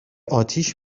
آتیش